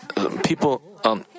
People